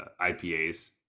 ipas